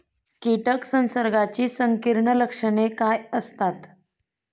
कीटक संसर्गाची संकीर्ण लक्षणे काय असतात?